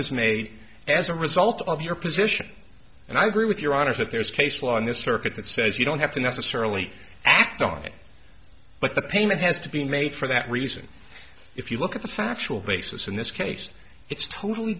was made as a result of your position and i agree with your honor that there's case law in this circuit that says you don't have to necessarily act on it but the payment has to be made for that reason if you look at the factual basis in this case it's totally